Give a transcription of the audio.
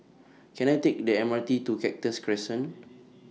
Can I Take The M R T to Cactus Crescent